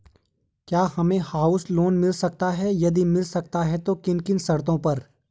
क्या हमें house loan मिल सकता है यदि मिल सकता है तो किन किन शर्तों पर?